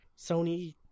Sony